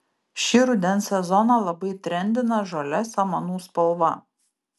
šį rudens sezoną labai trendina žalia samanų spalva